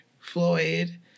Floyd